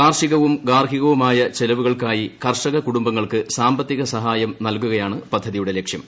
കാർഷികവും ഗാർഹികവുമായ ചെലവുകൾക്കായി കർഷക കുടുംബങ്ങൾക്ക് സാമ്പത്തിക സഹായം നൽകുകയാണ് പദ്ധതിയുടെ ലക്ഷ്യം